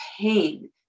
pain